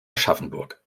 aschaffenburg